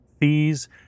fees